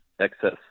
excess